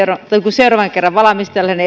seuraavan kerran valmistellaan